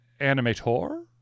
animator